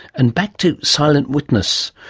and back to silent witness.